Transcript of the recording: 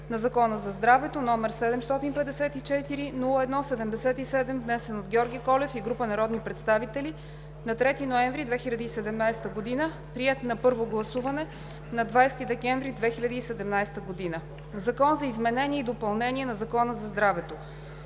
на Закона за здравето, № 754-01-77, внесен от Георги Колев и група народни представители на 3 ноември 2017 г., приет на първо гласуване на 20 декември 2017 г. „Закон за изменение и допълнение на Закона за здравето“.